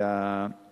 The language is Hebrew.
הצדק